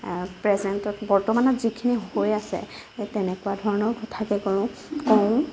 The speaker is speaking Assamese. প্ৰেজেন্টত বৰ্তমানত যিখিনি হৈ আছে এ তেনেকুৱা ধৰণৰ কথাকে কৰোঁ কওঁ